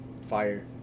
fire